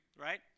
right